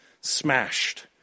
smashed